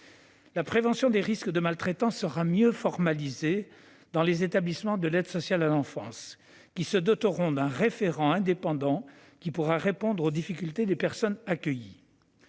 La prévention des risques de maltraitance sera mieux formalisée dans les établissements de l'aide sociale à l'enfance (ASE) ; ceux-ci se doteront d'un référent indépendant qui pourra répondre aux difficultés des personnes accueillies.